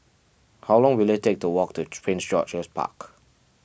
how long will it take to walk to Prince George's Park